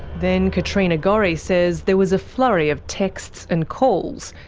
then katrina gorry says there was a flurry of texts and calls,